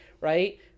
right